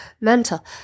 mental